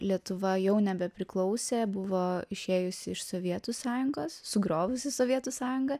lietuva jau nebepriklausė buvo išėjusi iš sovietų sąjungos sugriovusi sovietų sąjungą